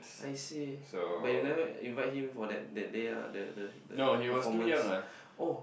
I see but you never invite him for that that day ah the the the performance oh